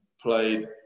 played